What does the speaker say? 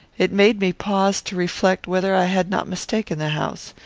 it made me pause to reflect whether i had not mistaken the house.